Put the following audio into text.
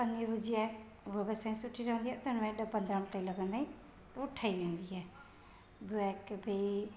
पनीर भुर्जी वो बि असांजी सुठी ठहंदी आहे त हुनमें ॾह पंद्रहं मिंट ई लॻंदा आहिनि वो ठही वेंदी आहे ॿियो आहे की भाई